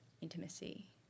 intimacy